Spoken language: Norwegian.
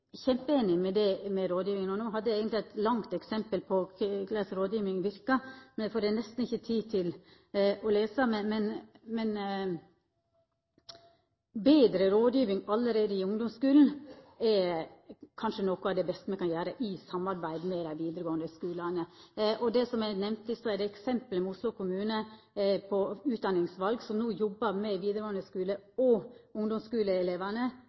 dette med rådgjeving. Det er òg Venstre. Eg er veldig einig i det med rådgjeving. Eg hadde eigentleg eit langt eksempel på korleis rådgjeving verkar, men det får eg nesten ikkje tid til å ta. Men betre rådgiving allereie i ungdomsskulen er kanskje noko av det beste me kan gjera i samarbeid med dei vidaregåande skulane. Det som eg nemnde i eksemplet med Oslo kommune om utdanningsval, der ein no jobbar med